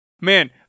man